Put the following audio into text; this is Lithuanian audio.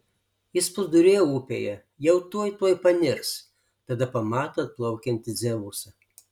jis plūduriuoja upėje jau tuoj tuoj panirs tada pamato atplaukiantį dzeusą